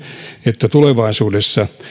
että tulevaisuudessa